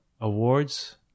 awards